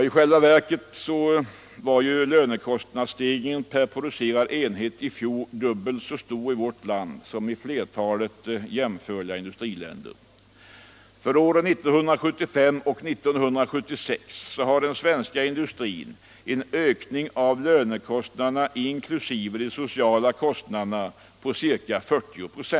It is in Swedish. I själva verket var lönekostnadsstegringen per producerad enhet i fjol dubbelt så stor i vårt land som i flertalet jämförliga industriländer. För åren 1975 och 1976 har den svenska industrin en ökning av lönekostnaderna inkl. de sociala kostnaderna på ca 40 ”..